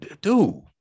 Dude